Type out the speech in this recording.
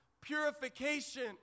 purification